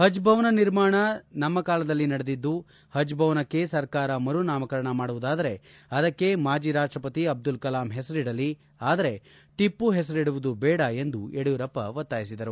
ಹಜ್ಭವನ ನಿರ್ಮಾಣ ನಮ್ಮ ಕಾಲದಲ್ಲಿ ನಡೆದಿದ್ದು ಹಜ್ಭವನಕ್ಕೆ ಸರ್ಕಾರ ಮರುನಾಮಕರಣ ಮಾಡುವುದಾದರೆ ಅದಕ್ಕೆ ಮಾಣಿ ರಾಷ್ಷಪತಿ ಅಬ್ದುಲ್ ಕಲಾಂ ಹೆಸರಿಡಲಿ ಆದರೆ ಟಪ್ಪು ಹೆಸರಿಡುವುದು ಬೇಡ ಎಂದು ಯಡಿಯೂರಪ್ಪ ಒತ್ತಾಯಿಸಿದರು